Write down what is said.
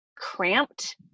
cramped